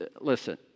listen